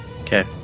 Okay